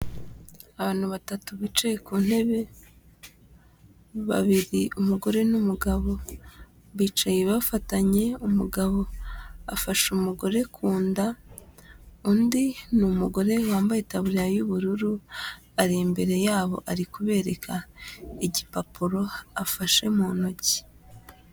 Abantu batatu bicaye ku ntebe, babiri umugore n'umugabo bicaye bafatanye, umugabo afashe umugore ku nda, undi n'umugore wambaye itaburiya y'ubururu, ari imbere yabo ari kubereka igipapuro afashe mu ntoki